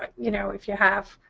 ah you know, if you have